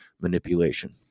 manipulation